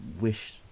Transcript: wish